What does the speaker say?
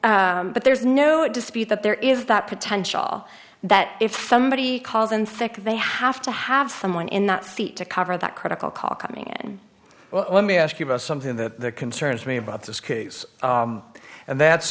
and but there's no dispute that there is that potential that if somebody calls in sick they have to have someone in that seat to cover that critical call coming in well let me ask you about something that concerns me about this case and that's